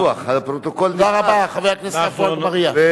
תודה רבה, חבר הכנסת עפו אגבאריה.